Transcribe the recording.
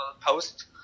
post